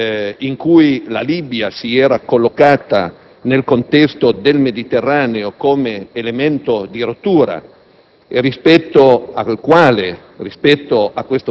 stati anni difficili in cui la Libia si era collocata nel contesto del Mediterraneo come elemento di rottura